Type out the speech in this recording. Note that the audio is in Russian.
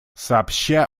сообща